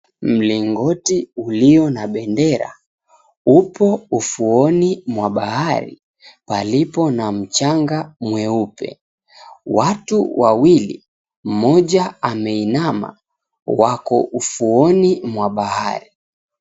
Mlingoti ulio na bendera upo ufuoni mwa bahari palipo na mchanga mweupe. Watu wawili, mmoja ameinama wako ufuoni mwa bahari.